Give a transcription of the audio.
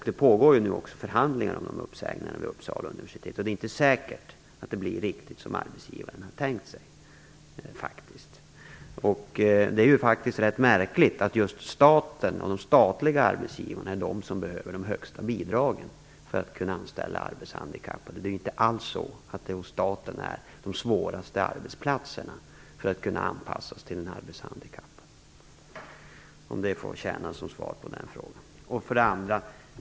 Det pågår också förhandlingar om uppsägningarna vid Uppsala universitet. Det är inte säkert att det blir riktigt som arbetsgivaren har tänkt sig. Det är faktiskt rätt märkligt att just staten och de statliga arbetsgivarna är de som behöver de högsta bidragen för att kunna anställa arbetshandikappade. Det är inte alls så att de arbetsplatser som är svårast att anpassa till en arbetshandikappad finns hos staten. Det får tjäna som svar på den frågan.